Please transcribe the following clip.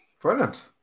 Brilliant